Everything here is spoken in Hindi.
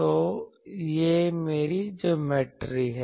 तो यह मेरी ज्योमेट्री है